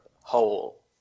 whole